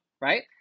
right